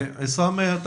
הפסיכולוגים, הפסיכיאטריים